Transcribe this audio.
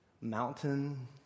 mountain